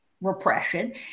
repression